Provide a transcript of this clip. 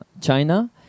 China